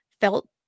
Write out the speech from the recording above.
felt